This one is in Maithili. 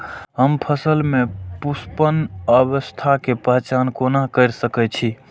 हम फसल में पुष्पन अवस्था के पहचान कोना कर सके छी?